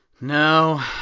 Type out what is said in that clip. No